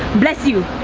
bless you.